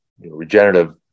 regenerative